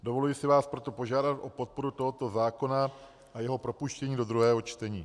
Dovoluji si vás proto požádat o podporu tohoto zákona a jeho propuštění do druhého čtení.